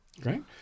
Great